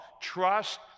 Trust